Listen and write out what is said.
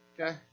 Okay